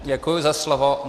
Děkuji za slovo.